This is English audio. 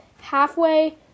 halfway